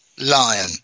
lion